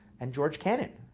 and george kennan,